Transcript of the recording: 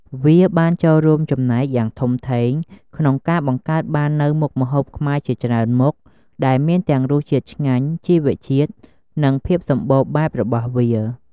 វាបានចូលរួមចំណែកយ៉ាងធំធេងក្នុងការបង្កើតបាននូវមុខម្ហូបខ្មែរជាច្រើនមុខ ដែលមានទាំងរសជាតិឆ្ងាញ់ ជីវជាតិ និងភាពសម្បូរបែបរបស់វា។